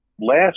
last